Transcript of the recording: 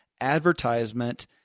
advertisement